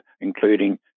including